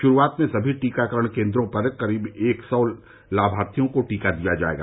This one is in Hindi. शुरूआत में सभी टीकाकरण केन्द्रों पर करीब एक सौ लामार्थियों को टीका दिया जायेगा